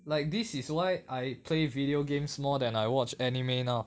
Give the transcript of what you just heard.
like this is why I play video games more than I watch anime now